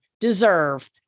deserve